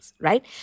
right